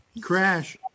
Crash